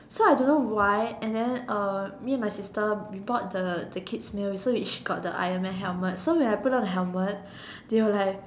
so I don't know why and then uh me and my sister we bought the the kids meal so we each got the Iron Man helmet so when I put on the helmet they were like